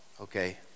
okay